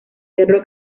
cerro